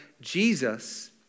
Jesus